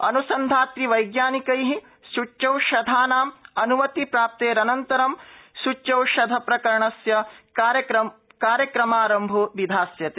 अन्सन्धातृ वैज्ञानिकैः सूच्यौषधानां अन्मति प्राप्तेरनन्तरं सूच्यौषधीकरण कार्यक्रमारम्भो विधास्यते